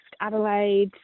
Adelaide